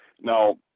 Now